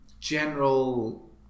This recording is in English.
general